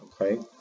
Okay